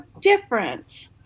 different